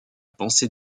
pensée